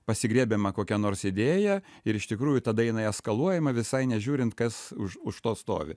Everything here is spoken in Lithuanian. pasigriebiama kokia nors idėja ir iš tikrųjų tada jinai eskaluojama visai nežiūrint kas už už to stovi